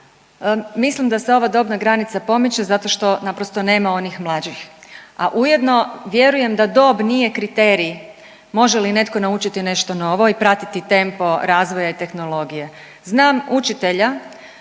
Mislim da se ova dobna granica pomiče zato što naprosto nema onih mlađih, a ujedno vjerujem da dob nije kriterij može li netko naučiti nešto novo i pratiti tempo razvoja i tehnologije. Znam učitelja,